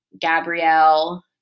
Gabrielle